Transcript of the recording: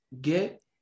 get